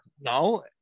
No